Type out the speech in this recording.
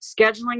scheduling